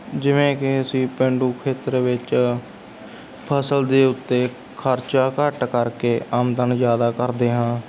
ਜਿਵੇਂ ਕਿ ਅਸੀਂ ਪੇਂਡੂ ਖੇਤਰ ਵਿੱਚ ਫਸਲ ਦੇ ਉੱਤੇ ਖਰਚਾ ਘੱਟ ਕਰਕੇ ਆਮਦਨ ਜ਼ਿਆਦਾ ਕਰਦੇ ਹਾਂ